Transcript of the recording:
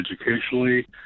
educationally